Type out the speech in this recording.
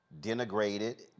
denigrated